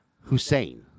Hussein